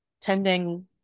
tending